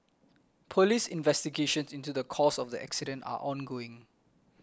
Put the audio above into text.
police investigations into the cause of the accident are ongoing